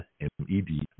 M-E-D